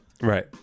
right